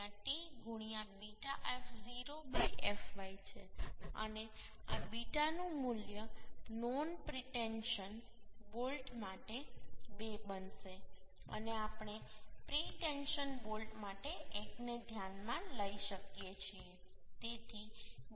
1 t β f0 fy છે અને આ β નું મૂલ્ય નોન પ્રીટેન્શન બોલ્ટ માટે 2 બનશે અને આપણે પ્રી ટેન્શન બોલ્ટ માટે 1 ને ધ્યાનમાં લઈ શકીએ છીએ